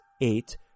Eight